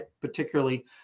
particularly